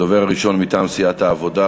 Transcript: הדובר הראשון מטעם סיעת העבודה,